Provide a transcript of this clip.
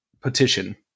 petition